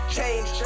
Change